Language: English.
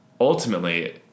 ultimately